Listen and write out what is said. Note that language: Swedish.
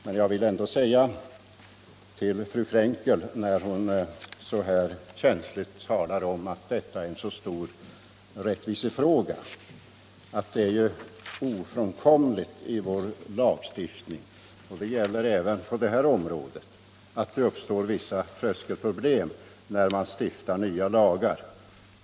Men jag vill ändå säga till fru Frenkel, som så känsligt talade om att detta är en stor rättvisefråga, att det är ofrånkomligt att det uppstår vissa tröskelproblem när man stiftar nya lagar, och det gäller även på det här området.